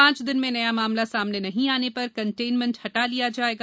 पांच दिन में नया मामला सामने नहीं आने पर कंटनमेंट हटा लिया जायेगा